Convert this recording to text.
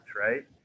right